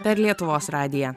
per lietuvos radiją